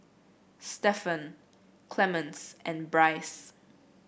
Stephen Clemens and Bryce